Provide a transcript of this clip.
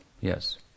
Yes